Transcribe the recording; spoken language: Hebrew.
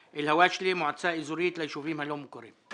מועצה אזורית ליישובים הלא מוכרים.